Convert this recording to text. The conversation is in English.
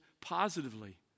positively